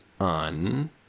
on